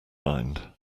mind